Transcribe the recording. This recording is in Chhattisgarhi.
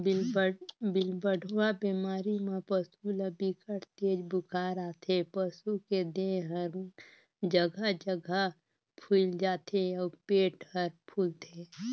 पिलबढ़वा बेमारी म पसू ल बिकट तेज बुखार आथे, पसू के देह हर जघा जघा फुईल जाथे अउ पेट हर फूलथे